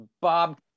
Bob